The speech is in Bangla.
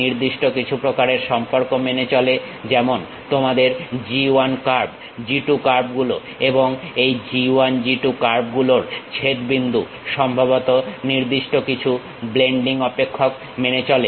নির্দিষ্ট কিছু প্রকারের সম্পর্ক মেনে চলে যেমন তোমাদের G 1 কার্ভ G 2 কার্ভগুলো এবং এই G 1 G 2 কার্ভগুলোর ছেদবিন্দু সম্ভবত নির্দিষ্ট কিছু ব্লেন্ডিং অপেক্ষক মেনে চলে